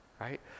right